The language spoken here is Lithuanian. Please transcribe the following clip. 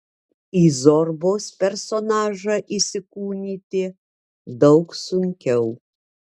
į zorbos personažą įsikūnyti daug sunkiau